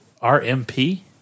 R-M-P